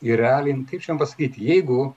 ir realiai nu kaip čia jum pasakyt jeigu